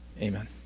Amen